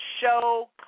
show